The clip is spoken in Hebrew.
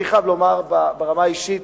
אני חייב לומר ברמה האישית,